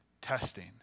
testing